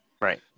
Right